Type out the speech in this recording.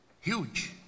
huge